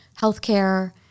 healthcare